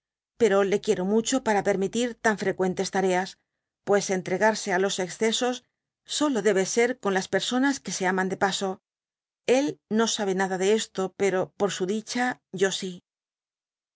pero le quiero mucho para per roitir tan freqüentes tareas pues entregarse á los excesos solo debe ser con las personas que se aman de paso él no sabe nada de esto pero por su dicha yo si